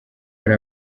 hari